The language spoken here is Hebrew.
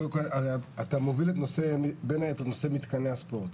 אתה מוביל את נושא, בין היתר נושא מתקני הספורט.